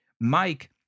Mike